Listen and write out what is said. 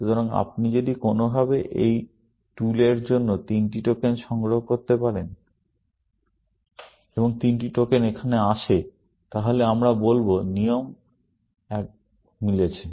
সুতরাং আপনি যদি কোনোভাবে এই টুলের জন্য তিনটি টোকেন সংগ্রহ করতে পারেন এবং তিনটি টোকেন এখানে আসে তাহলে আমরা বলব নিয়ম এক মিলছে